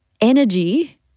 energy